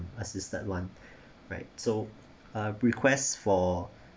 assisted one right so uh request for